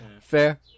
Fair